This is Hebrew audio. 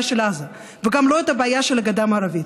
של עזה וגם לא את הבעיה של הגדה המערבית.